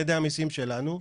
על ידי המיסים שלנו,